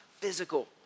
physical